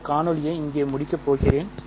இந்த காணொளியை இங்கே முடிக்கப் போகிறேன்